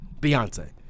Beyonce